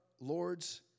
Lord's